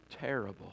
terrible